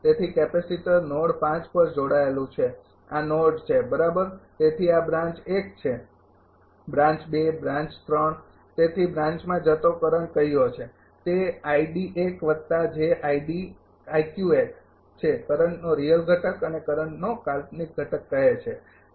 તેથી capacitor node ૫ પર જોડાયેલું છે આ નોડ છે બરાબર તેથી આ બ્રાન્ચ ૧ છે બ્રાન્ચ ૨ બ્રાન્ચ ૩ તેથી બ્રાન્ચમાં જતો કરંટ કહયો છે તે છે કરંટનો રિયલ ઘટક અને કરંટનો કાલ્પનિક ઘટક કહે છે